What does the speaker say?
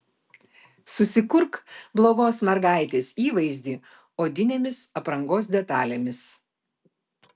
susikurk blogos mergaitės įvaizdį odinėmis aprangos detalėmis